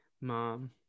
mom